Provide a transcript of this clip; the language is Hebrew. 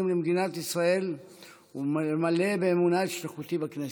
למדינת ישראל ולמלא באמונה את שליחותי בכנסת".